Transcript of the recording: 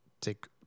take